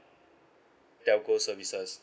telco services